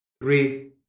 three